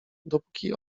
dopóki